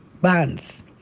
bands